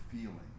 feeling